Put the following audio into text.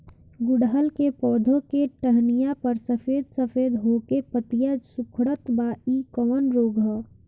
गुड़हल के पधौ के टहनियाँ पर सफेद सफेद हो के पतईया सुकुड़त बा इ कवन रोग ह?